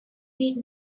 did